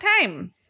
time